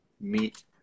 meet